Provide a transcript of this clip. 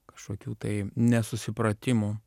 kažkokių tai nesusipratimų